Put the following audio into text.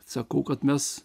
sakau kad mes